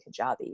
Kajabi